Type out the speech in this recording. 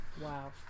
Wow